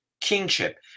kingship